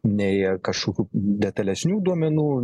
nei kažkokių detalesnių duomenų